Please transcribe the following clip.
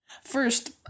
First